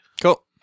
Cool